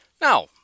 Now